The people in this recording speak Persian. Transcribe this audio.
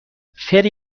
فری